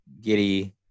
Giddy